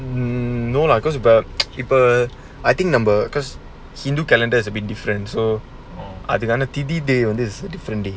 um no lah cause about people but I think number cause hindu calendar is a bit different so அதுக்கானதிதிதேதி:athukkana thithi thethi is differently